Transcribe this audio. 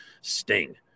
sting